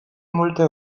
multe